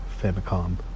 Famicom